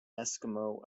eskimo